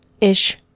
Ish